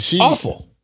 Awful